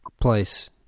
place